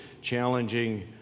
challenging